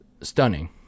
stunning